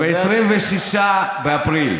ב-26 באפריל